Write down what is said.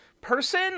person